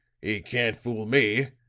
he can't fool me.